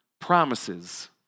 promises